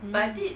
mm